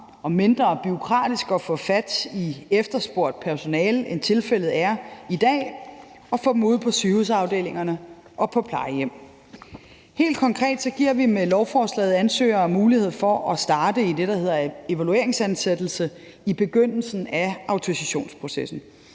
og mindre bureaukratisk at få fat i efterspurgt personale, end tilfældet er i dag, og få dem ud på sygehusafdelingerne og på plejehjemmene. Helt konkret giver vi med lovforslaget ansøgere mulighed for at starte i det, der hedder evalueringsansættelse, i begyndelsen af autorisationsprocessen